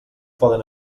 poden